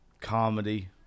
comedy